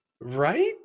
Right